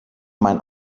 mein